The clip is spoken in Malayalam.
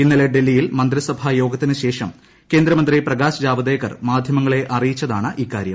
ഇന്നലെ ഡൽഹിയിൽ മന്ത്രിസഭാ യോഗത്തിന് ശേഷം കേന്ദ്രമന്ത്രി പ്രകാശ് ജാവദേക്കർ മാധ്യമങ്ങളെ അറിയിച്ചതാണിക്കാര്യം